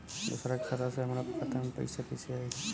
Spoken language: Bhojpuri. दूसरा के खाता से हमरा खाता में पैसा कैसे आई?